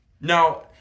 Now